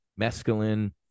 mescaline